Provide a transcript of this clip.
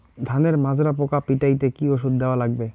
ধানের মাজরা পোকা পিটাইতে কি ওষুধ দেওয়া লাগবে?